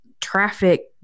traffic